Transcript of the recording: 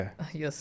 yes